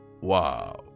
Wow